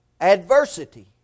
adversity